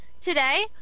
Today